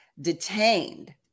detained